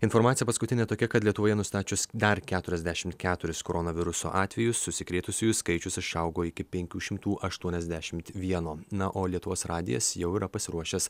informacija paskutinė tokia kad lietuvoje nustačius dar keturiasdešimt keturis koronaviruso atvejus užsikrėtusiųjų skaičius išaugo iki penkių šimtų aštuoniasdešimt vieno na o lietuvos radijas jau yra pasiruošęs